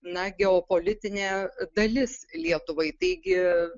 na geopolitinė dalis lietuvai tai gi